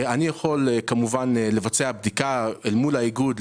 אני יכול כמובן לבצע בדיקה אל מול האיגוד,